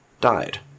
died